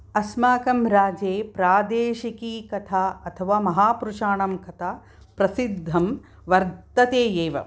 अस्माकं राज्ये प्रादेशिकी कथा अथवा महापुरुषाणां कथा प्रसिद्धं वर्तते एव